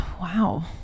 wow